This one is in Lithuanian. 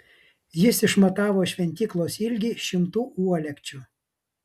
jis išmatavo šventyklos ilgį šimtu uolekčių